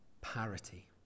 parity